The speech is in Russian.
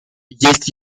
есть